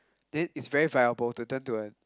then is very viable to turn to a